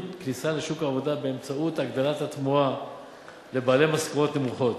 כניסה לשוק העבודה באמצעות הגדלת התמורה לבעלי משכורות נמוכות.